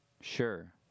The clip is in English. sure